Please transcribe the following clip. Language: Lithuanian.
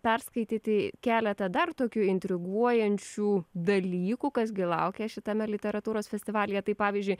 perskaityti keletą dar tokių intriguojančių dalykų kas gi laukia šitame literatūros festivalyje tai pavyzdžiui